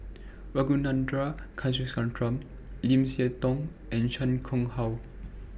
Ragunathar Kanagasuntheram Lim Siah Tong and Chan Chang How